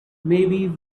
maybe